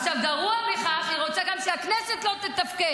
עכשיו, גרוע מכך, היא גם רוצה שהכנסת לא תתפקד.